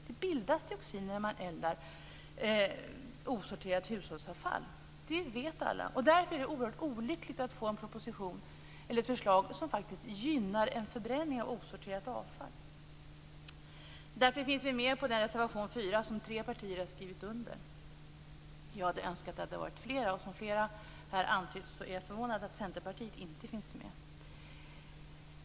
Det bildas dioxiner när man eldar osorterat hushållsavfall. Det vet alla. Därför är det oerhört olyckligt att vi får ett förslag som faktiskt gynnar en förbränning av osorterat avfall. Därför finns vi med på reservation 4, som tre partier har skrivit under. Jag hade önskat att det hade varit flera. I likhet med flera andra är jag också förvånad över att Centerpartiet inte är med.